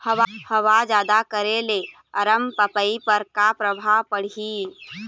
हवा जादा करे ले अरमपपई पर का परभाव पड़िही?